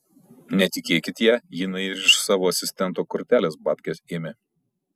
netikėkit ja jinai ir iš savo asistento kortelės babkes ėmė